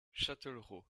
châtellerault